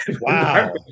Wow